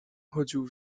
chodził